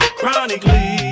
chronically